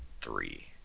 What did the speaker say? three